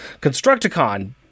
Constructicon